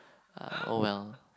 uh oh well